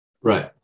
Right